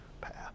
path